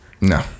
No